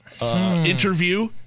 interview